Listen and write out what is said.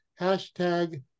hashtag